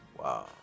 Wow